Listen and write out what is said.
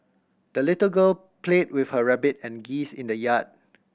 the little girl played with her rabbit and geese in the yard